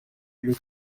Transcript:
iri